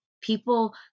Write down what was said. People